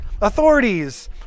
authorities